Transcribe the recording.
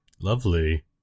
lovely